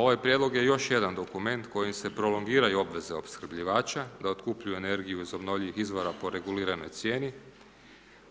Ovaj prijedlog je još jedan dokument kojim se prolongiraju obveze opskrbljivača da otkupljuju energiju iz obnovljivih izvora po reguliranoj cijeni,